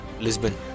Lisbon